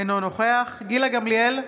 אינו נוכח גילה גמליאל,